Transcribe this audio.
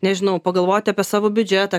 nežinau pagalvoti apie savo biudžetą